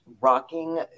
Rocking